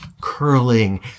curling